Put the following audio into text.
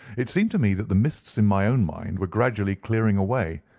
it seemed to me that the mists in my own mind were gradually clearing away,